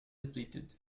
depleted